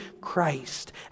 Christ